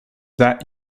that